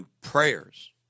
prayers